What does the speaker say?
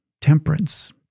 temperance